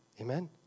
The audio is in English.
Amen